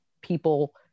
people